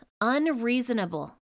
unreasonable